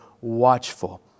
watchful